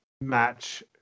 match